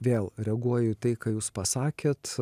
vėl reaguoju į tai ką jūs pasakėt